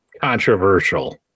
controversial